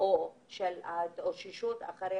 אחרת